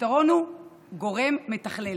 הפתרון הוא גורם מתכלל,